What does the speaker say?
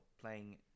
playing